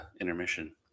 intermission